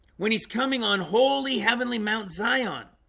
when he's coming on holy heavenly mount zion